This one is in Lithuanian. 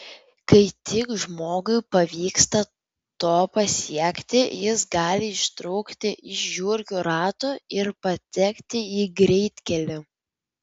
kai tik žmogui pavyksta to pasiekti jis gali ištrūkti iš žiurkių rato ir patekti į greitkelį